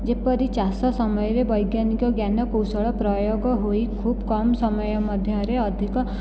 ଯେପରି ଚାଷ ସମୟରେ ବୈଜ୍ଞାନିକ ଜ୍ଞାନ କୌଶଳ ପ୍ରୟୋଗ ହୋଇ ଖୁବ କମ ସମୟ ମଧ୍ୟରେ ଅଧିକ